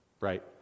right